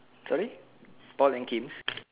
sorry paul and kim